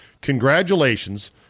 Congratulations